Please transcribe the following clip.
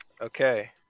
Okay